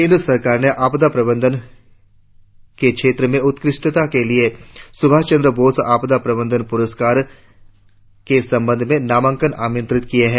केंद्र सरकार ने आपदा प्रबंधन के क्षेत्र में उत्कृष्टता के लिए सुभाष चंद्र बोस आपदा प्रबंधन पुरस्कारके संबंध में नामांकन आमंत्रित किए है